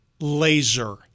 Laser